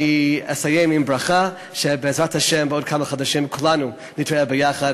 אני אסיים עם הברכה שבעזרת השם בעוד כמה חודשים כולנו נתראה פה,